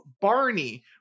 Barney